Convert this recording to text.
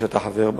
שאתה חבר בה,